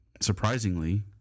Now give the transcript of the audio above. surprisingly